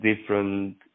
different